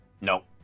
nope